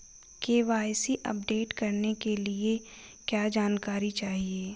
KYC update करने के लिए क्या जानकारी चाहिए?